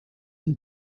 ein